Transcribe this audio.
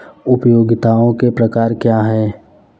उपयोगिताओं के प्रकार क्या हैं?